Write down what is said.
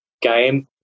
game